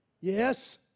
Yes